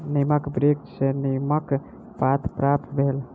नीमक वृक्ष सॅ नीमक पात प्राप्त भेल